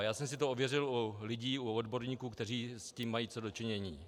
Já jsem si to ověřil u lidí, u odborníků, kteří s tím mají co do činění.